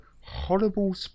horrible